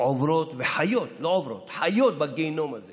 עוברות וחיות, לא עוברות, בגיהינום הזה